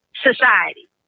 society